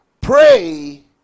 pray